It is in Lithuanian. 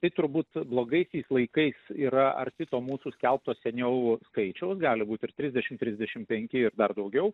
tai turbūt blogaisiais laikais yra arti to mūsų skelbto seniau skaičiaus gali būt ir trisdešim trisdešim penki ir dar daugiau